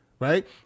Right